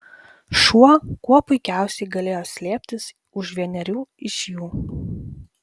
šuo kuo puikiausiai galėjo slėptis už vienerių iš jų